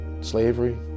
slavery